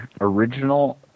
original